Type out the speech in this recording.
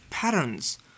patterns